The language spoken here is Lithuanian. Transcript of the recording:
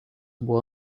buvo